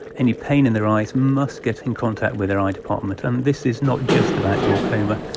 any pain in their eyes, must get in contact with their eye department. and this is not just about glaucoma,